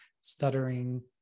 stuttering